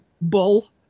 bull